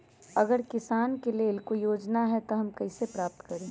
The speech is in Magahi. अगर किसान के लेल कोई योजना है त हम कईसे प्राप्त करी?